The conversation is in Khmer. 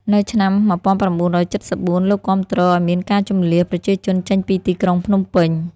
នៅឆ្នាំ ១៩៧៤ លោកគាំទ្រឱ្យមានការជម្លៀសប្រជាជនចេញពីទីក្រុងភ្នំពេញ ។